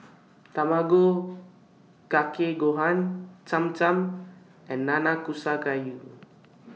Tamago Kake Gohan Cham Cham and Nanakusa Gayu